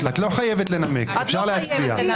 את לא חייבת לנמק, אפשר להצביע.